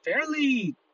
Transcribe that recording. fairly